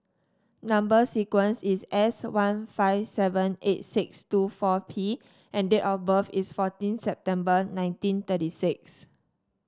number sequence is S one five seven eight six two four P and date of birth is fourteen September nineteen thirty six